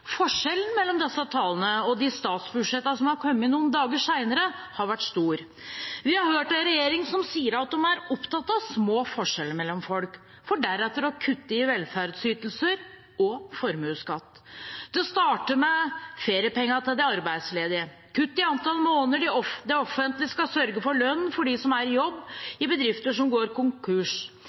Forskjellen mellom disse talene og de statsbudsjettene som har kommet noen dager senere, har vært stor. Vi har hørt en regjering som sier den er opptatt av små forskjeller mellom folk, for deretter å kutte i velferdsytelser og formuesskatt. Det startet med feriepengene til de arbeidsledige, kutt i antall måneder det offentlige skal sørge for lønn til de som er i jobb i bedrifter som går konkurs,